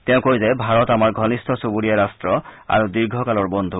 তেওঁ কয় যে ভাৰত আমাৰ ঘণিষ্ঠ চূবুৰীয়া ৰাট্ট আৰু দীৰ্ঘ কালৰ বন্ধু